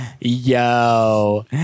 Yo